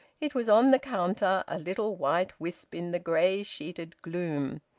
it was on the counter, a little white wisp in the grey-sheeted gloom.